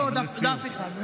דף אחד.